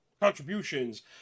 contributions